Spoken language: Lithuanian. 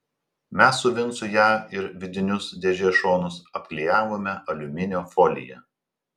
mes su vincu ją ir vidinius dėžės šonus apklijavome aliuminio folija